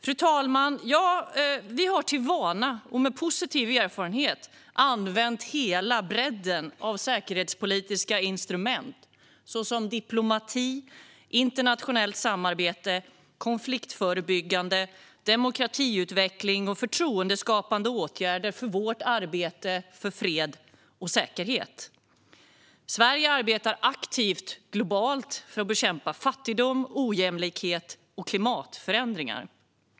Fru talman! Vi har som vana och med positiv erfarenhet använt hela bredden av säkerhetspolitiska instrument såsom diplomati, internationellt samarbete, konfliktförebyggande, demokratiutveckling och förtroendeskapande åtgärder för vårt arbete för fred och säkerhet. Sverige arbetar aktivt globalt för att bekämpa fattigdom, ojämlikhet och klimatförändringar.